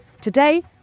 today